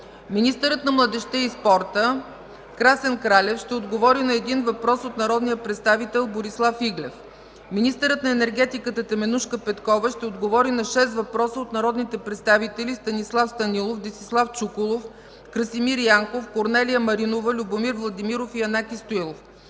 Министърът на младежта и спорта Красен Кралев ще отговори на един въпрос от народния представител Борислав Иглев. Министърът на енергетиката Теменужка Петкова ще отговори на шест въпроса от народните представители Станислав Станилов, Десислав Чуколов, Красимир Янков, Корнелия Маринова, Любомир Владимиров, и Янаки Стоилов.